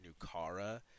Nukara